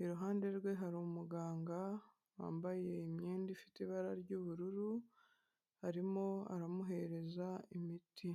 iruhande rwe hari umuganga wambaye imyenda ifite ibara ry'ubururu arimo aramuhereza imiti.